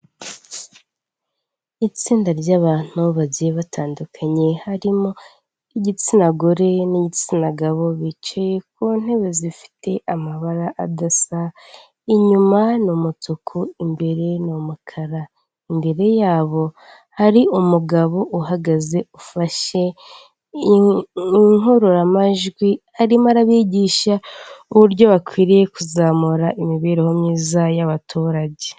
Itsinda ry'abantu bagiye batandukanye harimo igitsina gore n'igitsina gabo bicaye ku ntebe zifite amabara adasa, inyuma n'umutuku imbere n'umukara imbere yabo hari umugabo uhagaze ufashe inkururamajwi arimo abigisha uburyo bakwiriye kuzamura imibereho myiza y'abaturage.